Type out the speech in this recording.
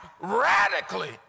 radically